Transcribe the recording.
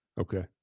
Okay